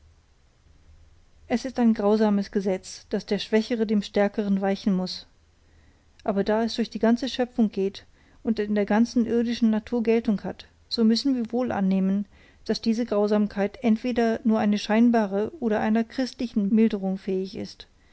es ist ein grausames gesetz daß der schwächere dem stärkeren weichen muß aber da es durch die ganze schöpfung geht und in der ganzen irdischen natur geltung hat so müssen wir wohl annehmen daß diese grausamkeit entweder eine nur scheinbare oder einer christlichen milderung fähig ist